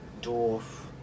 dwarf